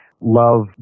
love